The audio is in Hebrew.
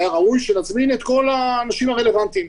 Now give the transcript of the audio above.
ראוי שנזמין את כל האנשים הרלוונטיים.